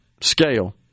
scale